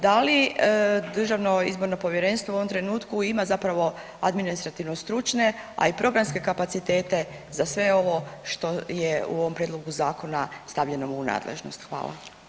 Da li Državno izborno povjerenstvo u ovom trenutku ima zapravo administrativno stručne, a i programske kapacitete za sve ovo što je u ovom prijedlogu zakona stavljeno mu u nadležnost.